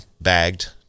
bagged